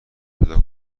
پیدا